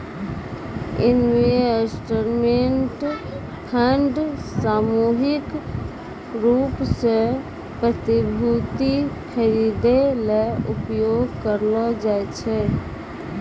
investment fund सामूहिक रूप सें प्रतिभूति खरिदै ल उपयोग करलो जाय छै